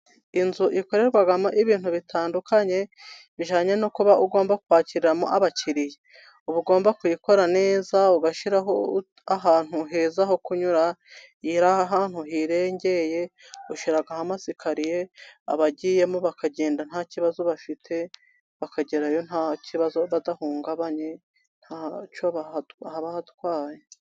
Inzu ikorerwamo ibintu bitandukanye bijyanye no kuba ugomba kwakira abakiriya. Uba ugomba kuyikora neza ugashyiraho ahantu heza ho kunyurwa, ahantu hirengeye ugashyiraho sikariye abagiyemo bakagenda nta kibazo bafite bakagerayo nta kibazo, badahungabanye ntacyo hatwaye.